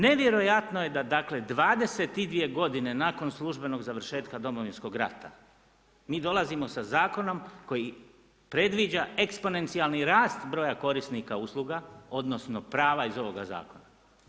Nevjerojatno je da dakle 22 godine nakon službenog završetka Domovinskog rata mi dolazimo sa zakonom koji predviđa eksponencijalni rast broja korisnika usluga odnosno prava iz ovoga zakona.